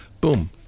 boom